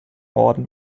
orden